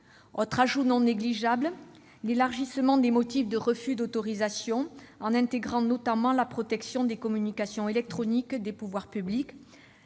Autres ajouts non négligeables : l'élargissement des motifs de refus d'autorisation, en intégrant notamment la protection des communications électroniques des pouvoirs publics